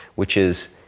which is